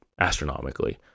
astronomically